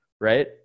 Right